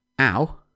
ow